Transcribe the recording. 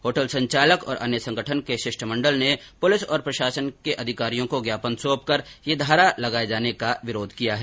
hotel संचालक और अन्य संगठन के शिष्टमण्डल ने पुलिस और प्रशासन के अधिकारियों को ज्ञापन सौंपकर यह धारा लगाये जाने का विरोध किया है